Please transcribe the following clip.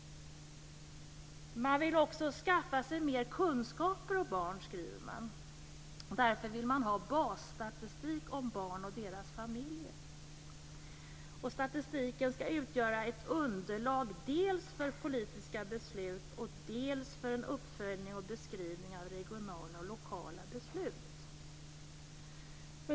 Man vill också skaffa sig mera kunskaper om barn, skriver man. Därför vill man ha basstatistik om barn och deras familjer. Statistiken skall utgöra ett underlag dels för politiska beslut, dels för en uppföljning och beskrivning av regionala och lokala beslut.